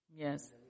Yes